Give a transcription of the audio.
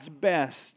best